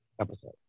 episode